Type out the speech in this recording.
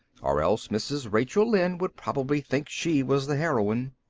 or else mrs. rachel lynde would probably think she was the heroine.